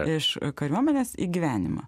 iš kariuomenės į gyvenimą